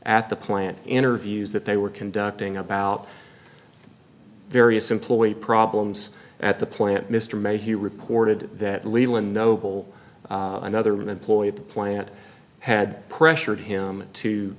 at the plant interviews that they were conducting about various employee problems at the plant mr may he reported that leland noble another remember floyd plant had pressured him to